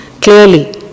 clearly